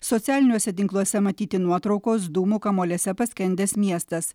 socialiniuose tinkluose matyti nuotraukos dūmų kamuoliuose paskendęs miestas